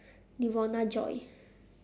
devona joy